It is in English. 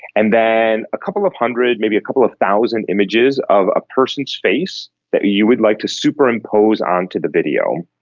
and then a couple of hundred, maybe a couple of thousand images of a person's face that you would like to superimpose onto the video.